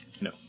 No